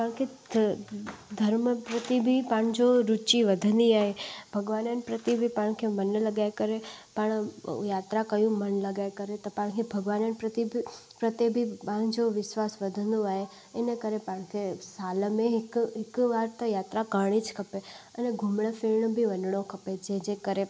तव्हांखे धर्म प्रति बि पंहिंजो रुचि वधंदी आहे भॻवाननि प्रति बि पाण खे मन लॻाए करे पाण यात्रा कयूं मन लॻाए करे त तव्हांखे भॻवान जे प्रति बि प्रति बि ॿारनि जो विश्वास वधंदो आहे इन करे तव्हांखे साल में हिकु हिकु बार त यात्रा करिणी खपे अने घुमणु फिरणु बि वञणो खपे जंहिंजे करे